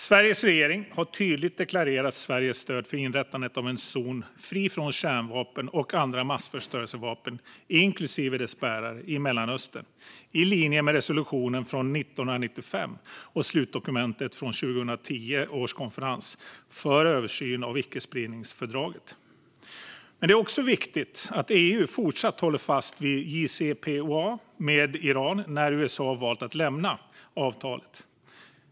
Sveriges regering har tydligt deklarerat Sveriges stöd för inrättandet av en zon fri från kärnvapen och andra massförstörelsevapen, inklusive deras bärare, i Mellanöstern i linje med resolutionen från 1995 och slutdokumentet från 2010 års konferens för översyn av icke-spridningsfördraget. Men det är också viktigt att EU fortsatt håller fast vid JCPOA med Iran när USA valt att lämna avtalet.